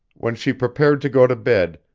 when she prepared to go to bed,